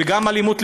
ולפעמים גם לאלימות,